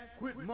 quit